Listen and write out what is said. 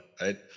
right